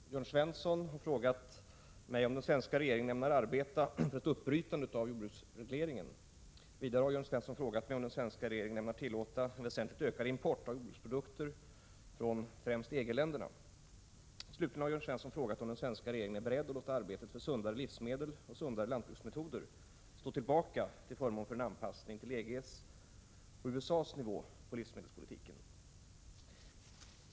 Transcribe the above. Fru talman! Jörn Svensson har frågat mig om den svenska regeringen ämnar arbeta för ett uppbrytande av jordbruksregleringen. Vidare har Jörn Svensson frågat mig om den svenska regeringen ämnar tillåta en väsentligt ökad import av jordbruksprodukter från främst EG-länderna. Slutligen har Jörn Svensson frågat om den svenska regeringen är beredd att låta arbetet för sundare livsmedel och sundare lantbruksmetoder stå tillbaka till förmån för en anpassning till EG:s och USA:s nivå på livsmedelspolitiken.